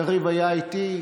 יריב היה איתי,